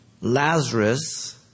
Lazarus